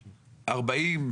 40,